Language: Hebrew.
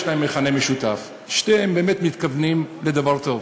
יש להן מכנה משותף: שתיהן באמת מתכוונות לדבר טוב.